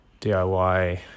DIY